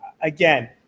again